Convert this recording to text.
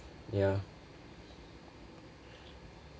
ya